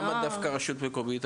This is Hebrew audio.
למה דווקא רשות מקומית?